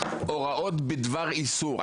הוראות בדבר איסור?